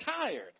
tired